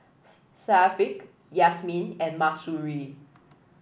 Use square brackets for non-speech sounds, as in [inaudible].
[unintelligible] Syafiq Yasmin and Mahsuri